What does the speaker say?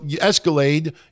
Escalade